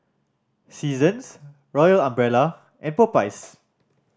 Seasons Royal Umbrella and Popeyes